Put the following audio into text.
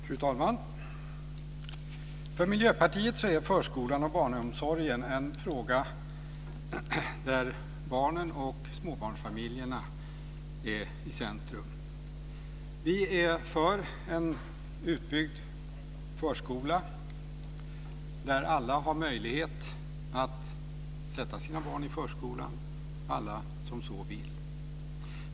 Fru talman! För Miljöpartiet står barnen och småbarnsfamiljerna i centrum vad gäller förskolan och barnomsorgen. Vi är för en utbyggd förskola där alla som så vill har möjlighet att sätta sina barn.